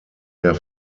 der